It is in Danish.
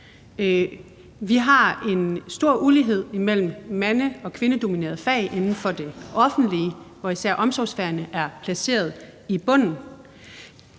Vi har en stor ulighed imellem mande- og kvindedominerede fag inden for det offentlige, hvor især omsorgsfagene er placeret i bunden.